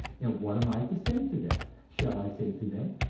and what am i to say to them? shall i say to them,